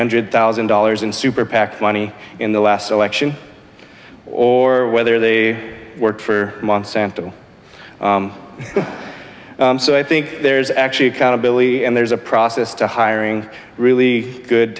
hundred thousand dollars in super pac money in the last election or whether they work for monsanto so i think there's actually accountability and there's a process to hiring really good